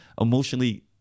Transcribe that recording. emotionally